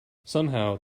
somehow